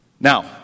Now